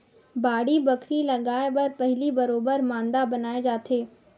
बाड़ी बखरी लगाय बर पहिली बरोबर मांदा बनाए जाथे